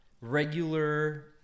regular